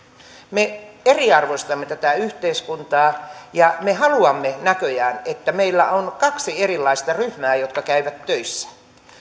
me eriarvoistamme tätä yhteiskuntaa ja me haluamme näköjään että meillä on kaksi erilaista ryhmää jotka käyvät töissä